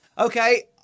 Okay